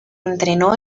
entrenó